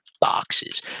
boxes